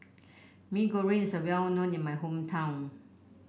Mee Goreng is well known in my hometown